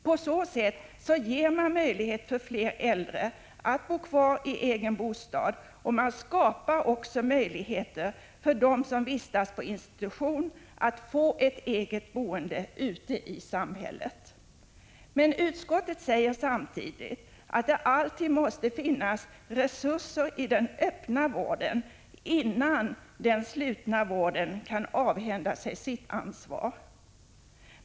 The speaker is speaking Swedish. På så sätt ger man möjlighet till fler äldre att bo kvar i egen bostad, och man skapar också möjligheter för dem som vistas på institution att få ett eget boende ute i samhället. Men utskottet säger samtidigt att det alltid måste finnas resurser i den öppna vården innan den slutna vården kan avhända sig sitt ansvar.